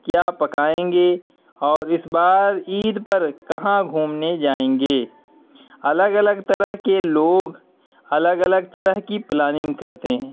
کیا پکائیں گے اور اس بار عید پر کہاں گھومنے جائیں گے الگ الگ طرح کے لوگ الگ الگ طرح کی پلاننگ کرتے ہیں